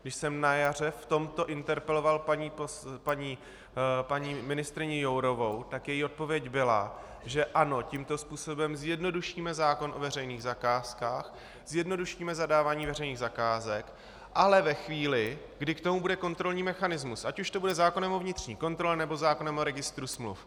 Když jsem na jaře v tomto interpeloval paní ministryni Jourovou, tak její odpověď byla, že ano, tímto způsobem zjednodušíme zákon o veřejných zakázkách, zjednodušíme zadávání veřejných zakázek, ale ve chvíli, kdy k tomu bude kontrolní mechanismus, ať už to bude zákonem o vnitřní kontrole, nebo zákonem o registru smluv.